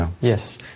yes